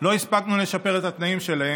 לא הספקנו לשפר את התנאים שלהם,